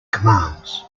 commands